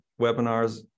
webinars